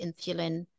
insulin